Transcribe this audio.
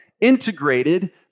integrated